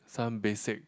some basic